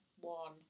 one